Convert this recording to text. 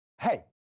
hey